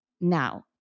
now